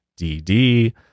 DD